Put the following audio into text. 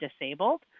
disabled